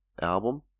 album